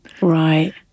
Right